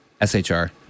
SHR